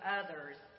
others